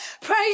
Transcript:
Praise